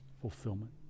fulfillment